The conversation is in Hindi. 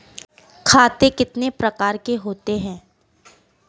खाते कितने प्रकार के होते हैं?